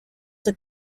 that